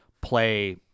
play